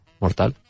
Mortal